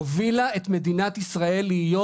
הובילה את מדינת ישראל להיות,